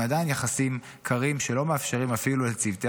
הם עדיין יחסים קרים שלא מאפשרים אפילו לצוותי